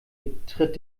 betritt